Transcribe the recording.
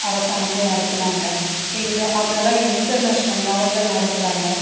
அரசாங்கமே நடத்துனாங்கள் இப்போ இந்த அதெல்லாம் இன்டர்நேஷனல் லெவலில் நடத்துகிறாங்க